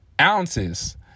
ounces